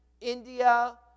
India